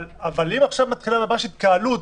אם עשיו מתחילה ממש התקהלות,